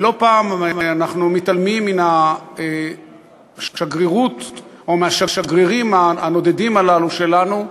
ולא פעם אנחנו מתעלמים מן השגרירות או מהשגרירים הנודדים הללו שלנו,